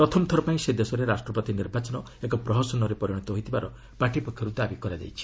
ପ୍ରଥମଥର ପାଇଁ ସେ ଦେଶରେ ରାଷ୍ଟ୍ରପତି ନିର୍ବାଚନ ଏକ ପ୍ରହସନରେ ପରିଣତ ହୋଇଥିବା ପାର୍ଟି ପକ୍ଷର୍ ଦାବି ହୋଇଛି